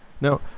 now